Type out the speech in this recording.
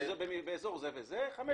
באזור זה וזה חמש